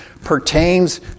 pertains